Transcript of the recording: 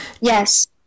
Yes